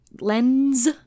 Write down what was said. lens